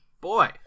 boy